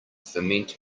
ferment